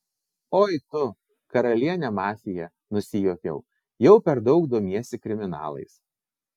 oi tu karaliene mafija nusijuokiau jau per daug domiesi kriminalais